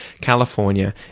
California